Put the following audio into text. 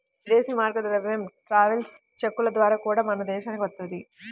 ఇదేశీ మారక ద్రవ్యం ట్రావెలర్స్ చెక్కుల ద్వారా గూడా మన దేశానికి వత్తది